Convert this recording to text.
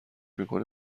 میکنه